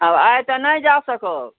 आब आइ तऽ नहि जा सकब